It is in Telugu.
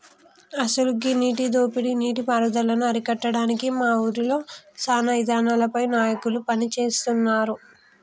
అసలు గీ నీటి దోపిడీ నీటి పారుదలను అరికట్టడానికి మా ఊరిలో సానా ఇదానాలపై నాయకులు పని సేస్తున్నారు